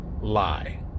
lie